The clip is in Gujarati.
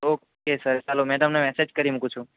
ઓકે સર ચાલો મેડમને મેસેજ કરી મૂકું છું